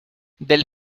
del